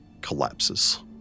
collapses